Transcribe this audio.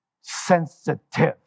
Sensitive